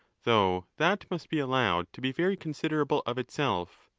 though that must be allowed to be very considerable of itself,